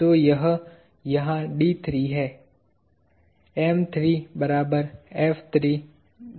तो यह यहाँ d3 है